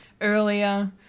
earlier